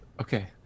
Okay